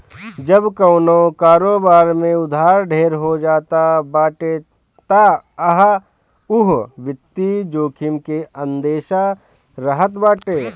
जब कवनो कारोबार में उधार ढेर हो जात बाटे तअ उहा वित्तीय जोखिम के अंदेसा रहत बाटे